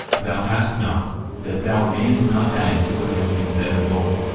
thou hast not that thou mayest not add to what has been said of old,